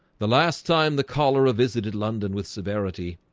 the last time the cholera visited london with severity.